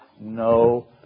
no